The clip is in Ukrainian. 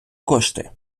кошти